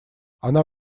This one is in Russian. она